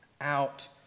out